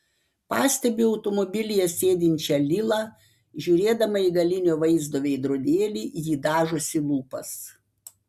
pastebiu automobilyje sėdinčią lilą žiūrėdama į galinio vaizdo veidrodėlį ji dažosi lūpas